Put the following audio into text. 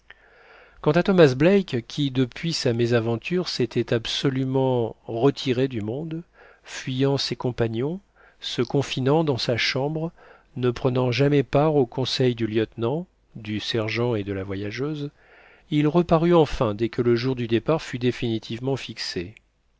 quant à thomas black qui depuis sa mésaventure s'était absolument retiré du monde fuyant ses compagnons se confinant dans sa chambre ne prenant jamais part aux conseils du lieutenant du sergent et de la voyageuse il reparut enfin dès que le jour du départ fut définitivement fixé